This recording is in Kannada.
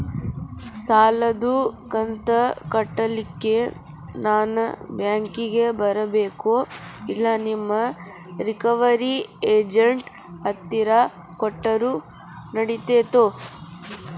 ಸಾಲದು ಕಂತ ಕಟ್ಟಲಿಕ್ಕೆ ನಾನ ಬ್ಯಾಂಕಿಗೆ ಬರಬೇಕೋ, ಇಲ್ಲ ನಿಮ್ಮ ರಿಕವರಿ ಏಜೆಂಟ್ ಹತ್ತಿರ ಕೊಟ್ಟರು ನಡಿತೆತೋ?